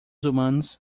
humanos